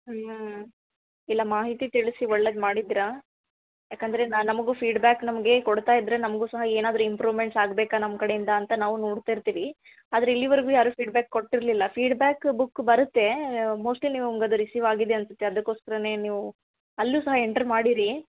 ಹ್ಞೂ ಇಲ್ಲ ಮಾಹಿತಿ ತಿಳಿಸಿ ಒಳ್ಳೇದು ಮಾಡಿದ್ರಿ ಯಾಕಂದರೆ ನಾ ನಮಗೂ ಫೀಡ್ಬ್ಯಾಕ್ ನಮಗೆ ಕೊಡ್ತಾ ಇದ್ದರೆ ನಮಗೂ ಸಹ ಏನಾದರೂ ಇಂಪ್ರುಮೆಂಟ್ಸ್ ಆಗಬೇಕಾ ನಮ್ಮ ಕಡೆಯಿಂದ ಅಂತ ನಾವು ನೋಡ್ತಿರ್ತೀವಿ ಆದ್ರೆ ಇಲ್ಲಿವರೆಗೂ ಯಾರೂ ಫೀಡ್ಬ್ಯಾಕ್ ಕೊಟ್ಟಿರಲಿಲ್ಲ ಫೀಡ್ಬ್ಯಾಕ್ ಬುಕ್ ಬರುತ್ತೆ ಮೋಸ್ಟ್ಲಿ ನಿಮ್ಗೆ ಅದು ರಿಸಿವ್ ಆಗಿದೆ ಅನ್ಸುತ್ತೆ ಅದಕ್ಕೋಸ್ಕರನೇ ನೀವು ಅಲ್ಲೂ ಸಹ ಎಂಟ್ರ್ ಮಾಡಿರಿ